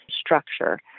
structure